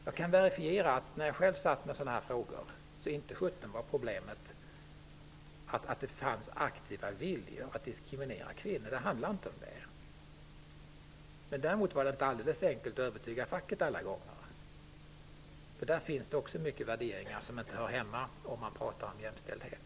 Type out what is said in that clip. Jag kan verifiera att när jag själv hade med sådana här frågor att göra var inte problemet att det fanns en aktiv vilja att diskriminera kvinnor. Det handlade inte om det. Däremot var det inte alldeles säkert att kunna övertyga facket alla gånger. Där finns det också värderingar som inte hör hemma där man talar om jämställdhet.